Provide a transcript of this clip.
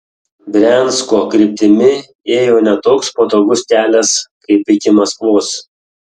briansko kryptimi ėjo ne toks patogus kelias kaip iki maskvos